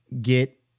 get